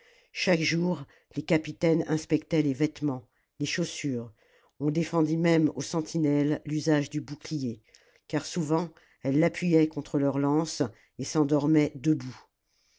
chaque jour les capitaines inspectaient les vêtements les chaussures on défendit même aux sentinelles l'usage du bouclier car souvent elles l'appuyaient contre leur lance et s'endormaient debout